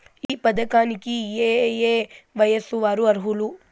ఈ పథకానికి ఏయే వయస్సు వారు అర్హులు?